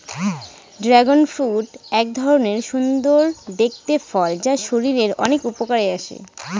dragon fruit এক ধরনের সুন্দর দেখতে ফল যা শরীরের অনেক উপকারে আসে